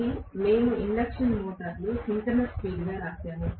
ఇది మేము ఇండక్షన్ మోటారులో సింక్రోనస్ స్పీడ్గా వ్రాసాము